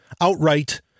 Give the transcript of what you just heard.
outright